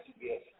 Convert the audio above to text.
Yes